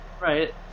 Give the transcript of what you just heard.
right